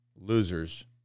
Losers